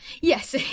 Yes